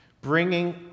Bringing